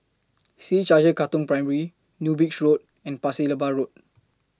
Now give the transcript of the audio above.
C H I J Katong Primary New Bridge Road and Pasir Laba Road